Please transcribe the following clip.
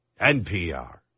NPR